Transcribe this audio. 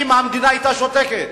האם המדינה היתה שותקת?